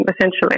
essentially